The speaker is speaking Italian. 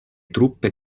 truppe